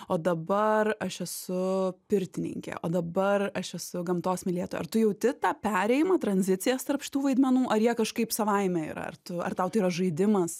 o dabar aš esu pirtininkė o dabar aš esu gamtos mylėtoja ar tu jauti tą perėjimą tranzicijas tarp šitų vaidmenų ar jie kažkaip savaime yra ar tu ar tau tai yra žaidimas